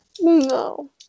No